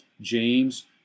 James